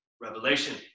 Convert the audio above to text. revelation